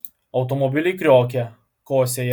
automobiliai kriokia kosėja